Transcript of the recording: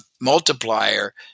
multiplier